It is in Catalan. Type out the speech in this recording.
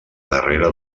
darrere